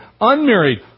unmarried